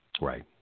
Right